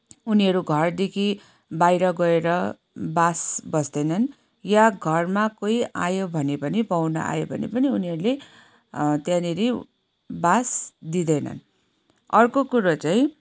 उनीहरू घरदेखि बाहिर गएर बास बस्दैनन् या घरमा कोही आयो भने पनि पाहुना आयो भने पनि उनीहरूले त्यहाँनिर बास दिँदैनन् अर्को कुरो चाहिँ